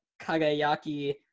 Kagayaki